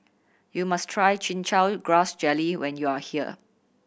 you must try Chin Chow Grass Jelly when you are here